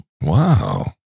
wow